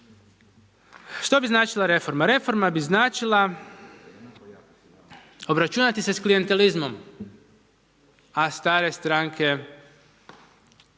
Što bi značila reforma? Reforma bi značila obračunati se s klijentelizmom, a stare stranke pogotovo